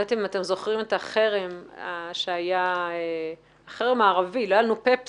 אני לא יודעת אם אתם זוכרים את החרם הערבי שהיה כאשר לא היה לנו פפסי